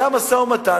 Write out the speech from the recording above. היה משא-ומתן.